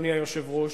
אדוני היושב-ראש,